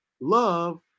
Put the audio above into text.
Love